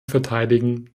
verteidigen